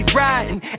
riding